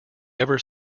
ever